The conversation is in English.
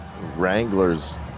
Wranglers